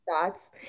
thoughts